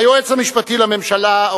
היועץ המשפטי לממשלה,